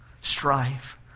strife